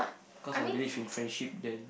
cause I believe in friendship then